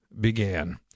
began